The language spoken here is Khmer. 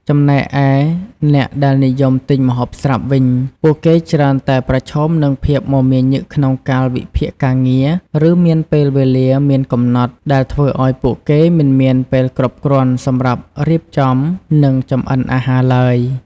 ចំណែកឯអ្នកដែលនិយមទិញម្ហូបស្រាប់វិញ ពួកគេច្រើនតែប្រឈមនឹងភាពមមាញឹកក្នុងកាលវិភាគការងារ ឬមានពេលវេលាមានកំណត់ ដែលធ្វើឱ្យពួកគេមិនមានពេលគ្រប់គ្រាន់សម្រាប់រៀបចំ និងចម្អិនអាហារឡើយ។